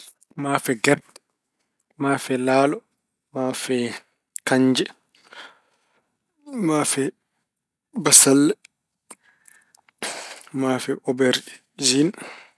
Maafe gerte, maafe laalo, maafe kanje, maafe bassalle, maafe oberjin.